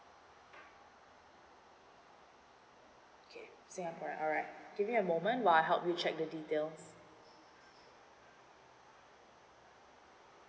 okay singaporean alright give me a moment while I help you check the details